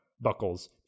buckles